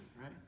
right